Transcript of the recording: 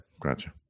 gotcha